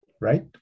right